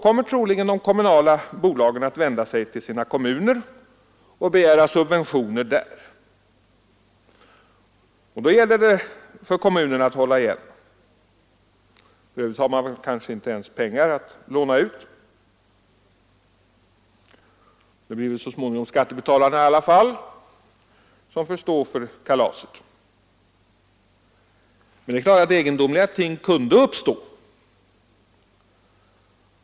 Troligen vänder sig de kommunala bolagen till sina kommuner och begär subventioner. Då gäller det för kommunerna att hålla igen. För övrigt har de kanske inte ens pengar att låna ut. Det blir väl i alla fall så småningom skattebetalarna som får stå för kalaset. Men det är klart att egendomliga förhållanden kunde uppstå.